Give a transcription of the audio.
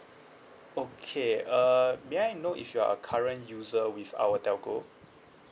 okay uh may I know if you are a current user with our telco